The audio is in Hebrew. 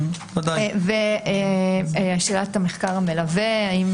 שאלת המחקר המלווה.